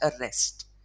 arrest